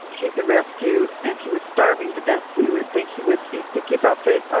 he's a rescue and he was starving to death so you would think he wouldn't be picky about food.